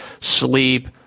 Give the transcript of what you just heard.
sleep